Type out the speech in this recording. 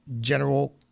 General